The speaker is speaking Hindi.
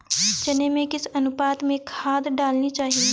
चने में किस अनुपात में खाद डालनी चाहिए?